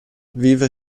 vive